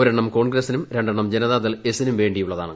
ഒരെണ്ണം കോൺഗ്രസിനും രണ്ടെണ്ണം ജനതാദൾ എസ്സിനും വേണ്ടിയിട്ടു ള്ളതാണ്